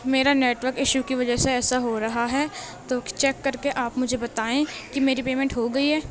میرا network issue کی وجہ سے ایسا ہو رہا ہے تو چیک کر کے آپ مجھے بتائیں کہ میری پیمنٹ ہو گئی ہے